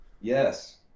Yes